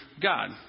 God